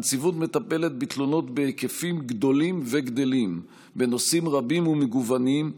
הנציבות מטפלת בתלונות בהיקפים גדולים וגדלים בנושאים רבים ומגוונים,